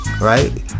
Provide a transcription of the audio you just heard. right